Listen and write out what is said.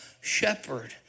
shepherd